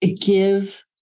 give